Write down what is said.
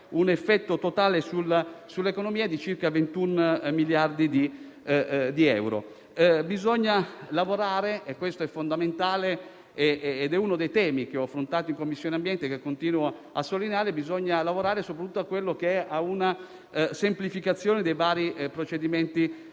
un effetto totale sull'economia di circa 21 miliardi di euro. Bisogna lavorare - è fondamentale ed è uno dei temi che ho affrontato in Commissione ambiente e che continuo a sottolineare - soprattutto a una semplificazione dei vari procedimenti